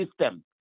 system